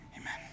Amen